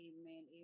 amen